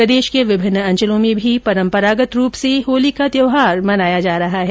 प्रदेश के विभिन्न अंचलों में भी परम्परागत रूप से होली का त्यौहार मनाया जा रहा है